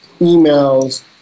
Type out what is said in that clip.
emails